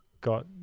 got